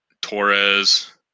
Torres